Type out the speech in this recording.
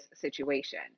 situation